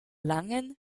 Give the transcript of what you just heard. langen